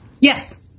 Yes